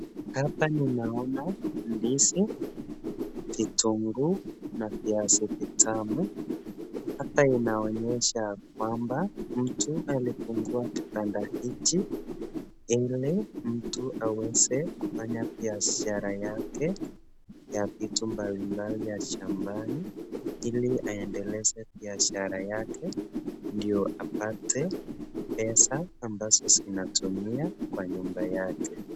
Hapa ninaona ndizi, vitunguu na viazi vitamu, hapa inaonyesha kwamba mtu alifungua kibanda hichi ili mtu aweze kufanya biashara yake ya vitu mbambali ya shambani ili aendeleze biashara yake ndio apate pesa ambazo zinatumia Kwa nyumba yake.